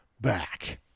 back